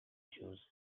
juice